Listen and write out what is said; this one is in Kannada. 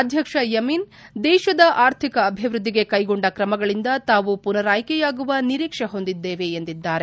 ಅಧ್ಯಕ್ಷ ಯಮೀನ್ ದೇಶದ ಅರ್ಥಿಕ ಅಭಿವ್ಬದ್ದಿಗೆ ಕೈಗೊಂಡ ಕ್ರಮಗಳಿಂದ ತಾವು ಪುನರಾಯ್ಕೆಯಾಗುವ ನಿರೀಕ್ಷೆ ಹೊಂದಿದ್ದೇವೆ ಎಂದಿದ್ದಾರೆ